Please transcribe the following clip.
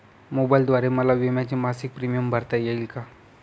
मोबाईलद्वारे मला विम्याचा मासिक प्रीमियम भरता येईल का?